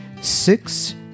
six